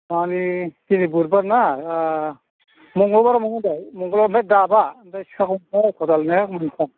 माने दिनै बुधबारना मंगलबाराव मोनगोन दे ओमफ्राय दाबा ओमफ्राय सिखा खंखाइ खदाल ने मोनथाम